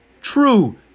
true